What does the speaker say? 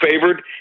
favored